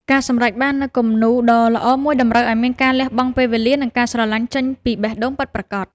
ការសម្រេចបាននូវគំនូរដ៏ល្អមួយតម្រូវឱ្យមានការលះបង់ពេលវេលា និង ការស្រឡាញ់ចេញពីបេះដូងពិតប្រាកដ។